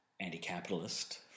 anti-capitalist